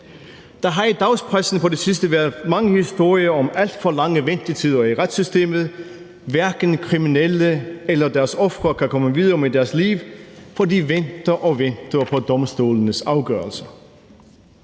Der har i dagspressen på det sidste været mange historier om alt for lange ventetider i retssystemet. Hverken de kriminelle eller deres ofre kan komme videre med deres liv, fordi de venter og venter på domstolenes afgørelser.